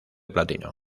platino